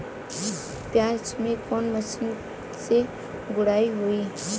प्याज में कवने मशीन से गुड़ाई होई?